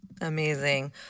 Amazing